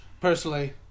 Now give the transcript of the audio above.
personally